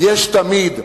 יש תמיד 11%,